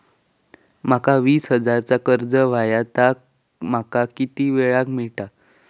माका वीस हजार चा कर्ज हव्या ता माका किती वेळा क मिळात?